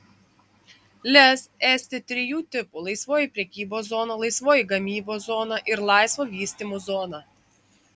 lez esti trijų tipų laisvoji prekybos zona laisvoji gamybos zona ir laisvo vystymo zona